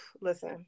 listen